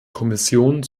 kommission